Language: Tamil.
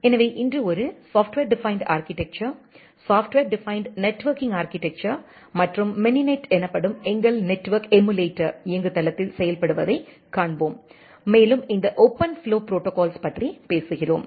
எனவே இன்று ஒரு software defined architecture software defined networking architecture மற்றும் மினினெட் எனப்படும் எங்கள் நெட்வொர்க் எமுலேட்டர் இயங்குதளத்தில் செயல்படுத்தப்படுவதைக் காண்போம் மேலும் இந்த ஓபன்ஃப்ளோ ப்ரோடோகால்ஸ்ப் பற்றி பேசுகிறோம்